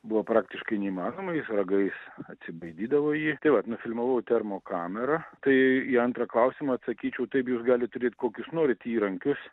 buvo praktiškai neįmanoma jis ragais atsibaidydavo jį tai vat nufilmavau termokamera tai į antrą klausimą atsakyčiau taip jūs galit turėt kokius norit įrankius